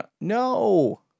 No